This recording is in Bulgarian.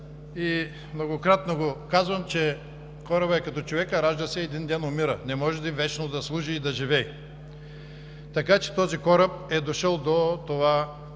и многократно го казвам, че корабът е като човека – ражда се и един ден умира, не може вечно да служи и да живее. Така че този кораб е дошъл до това